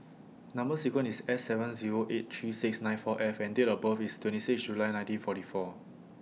Number sequence IS S seven Zero eight three six nine four F and Date of birth IS twenty six July nineteen forty four